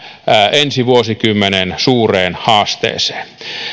ensi vuosikymmenen suureen haasteeseen